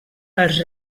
els